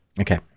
Okay